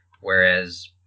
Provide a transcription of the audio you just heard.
Whereas